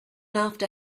after